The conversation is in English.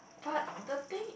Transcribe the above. but the thing